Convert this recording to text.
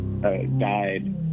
died